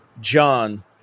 John